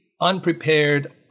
unprepared